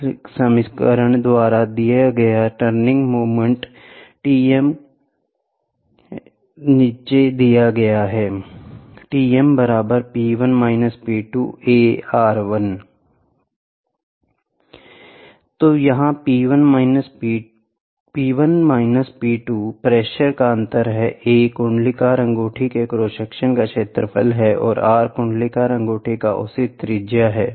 इस समीकरण द्वारा दिया गया टर्निंग मोमेंट Tm गलत तो यहां P1 P2 प्रेशर का अंतर है A कुंडलाकार अंगूठी के क्रॉस सेक्शन का क्षेत्रफल है और R कुंडलाकार अंगूठी का औसत त्रिज्या है